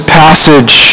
passage